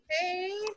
Hey